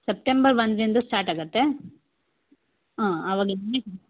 September ಒಂದರಿಂದ start ಆಗತ್ತೆ ಹಾಂ ಅವಾಗ